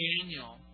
Daniel